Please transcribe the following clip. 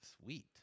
Sweet